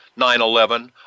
9-11